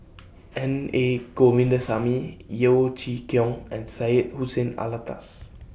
N A Govindasamy Yeo Chee Kiong and Syed Hussein Alatas